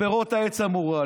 פירות העץ המורעל.